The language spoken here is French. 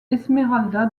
esmeralda